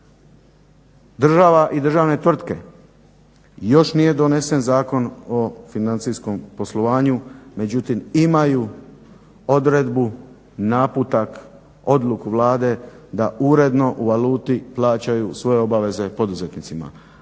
Država i državne tvrtke, još nije donesen Zakon o financijskom poslovanju, međutim imaju odredbu, naputak, odluku Vlade da uredno u valuti plaćaju svoje obaveze poduzetnicima.